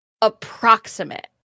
approximate